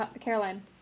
Caroline